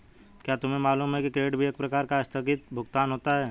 क्या तुम्हें मालूम है कि क्रेडिट भी एक प्रकार का आस्थगित भुगतान होता है?